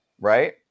right